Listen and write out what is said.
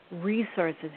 resources